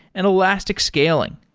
and elastic scaling.